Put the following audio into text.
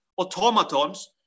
automatons